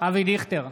אבי דיכטר,